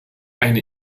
eine